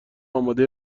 اماده